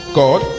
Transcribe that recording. god